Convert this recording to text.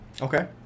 Okay